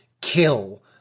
kill